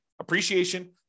Appreciation